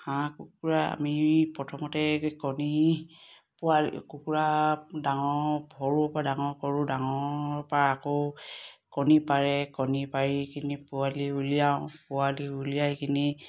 হাঁহ কুকুৰা আমি প্ৰথমতে কণী পোৱালি কুকুৰা ডাঙৰ সৰু পৰা ডাঙৰ কৰোঁ ডাঙৰ পৰা আকৌ কণী পাৰে কণী পাৰি কিনি পোৱালি উলিয়াওঁ পোৱালি উলিয়াইকিনি